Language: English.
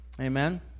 Amen